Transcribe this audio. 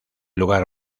lugar